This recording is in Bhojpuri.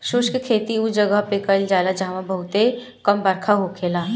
शुष्क खेती उ जगह पे कईल जाला जहां बहुते कम बरखा होखेला